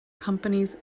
companies